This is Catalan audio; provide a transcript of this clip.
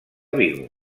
vigo